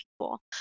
people